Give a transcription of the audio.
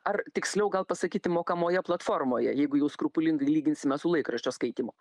ar tiksliau gal pasakyti mokamoje platformoje jeigu jau skrupulingai lyginsime su laikraščio skaitymu